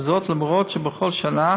וזאת אף שבכל שנה